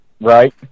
right